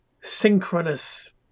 synchronous